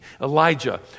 Elijah